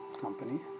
Company